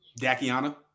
Dakiana